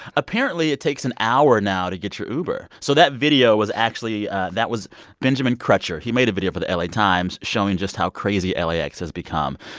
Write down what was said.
apparently, it takes an hour now to get your uber. so that video was actually that was benjamin crutcher. he made a video for the la times showing just how crazy lax has become.